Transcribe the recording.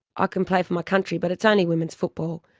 ah can pay for my country, but it's only women's football,